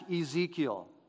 Ezekiel